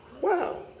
Wow